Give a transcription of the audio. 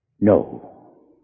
No